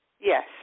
Yes